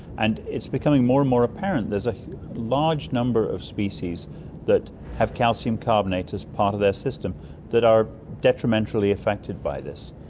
and it's becoming more and more apparent. there's a large number of species that have calcium carbonate as part of their system that are detrimentally affected by this.